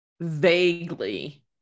vaguely